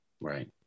right